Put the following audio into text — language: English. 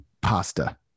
pasta